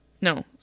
No